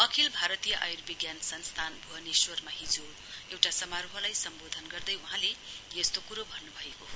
अखिल भारतीय आयुविज्ञान संस्थान भूवनेश्वरमा हिजो एउटा समारोहलाई सम्वोधन गर्दै वहाँले यस्तो कुरो भन्नुभएको हो